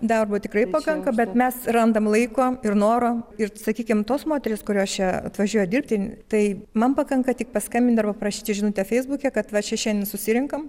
darbo tikrai pakanka bet mes randam laiko ir noro ir sakykim tos moterys kurios čia atvažiuoja dirbti tai man pakanka tik paskambint arba parašyti žinutę feisbuke kad va šiandien susirenkam